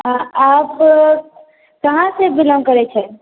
हँ आप कहाँ से बिलोंग करै छै